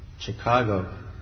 Chicago